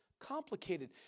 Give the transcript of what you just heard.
Complicated